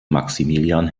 maximilian